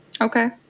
Okay